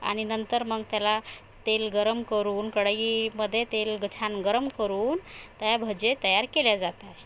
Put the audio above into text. आणि नंतर मग त्याला तेल गरम करून कढईमध्ये तेल ग छान गरम करून त्या भजे तयार केल्या जातात